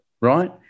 right